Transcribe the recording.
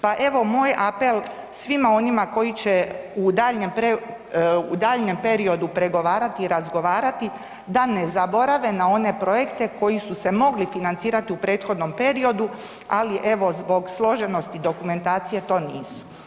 Pa evo moj apel svima onima koji će u daljnjem periodu pregovarati i razgovarati da ne zaborave na one projekte koji su se mogli financirati u prethodnom periodu ali evo zbog složenosti dokumentacije, to nisu.